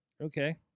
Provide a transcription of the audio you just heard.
Okay